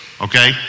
okay